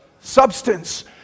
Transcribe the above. substance